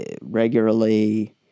regularly